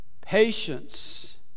patience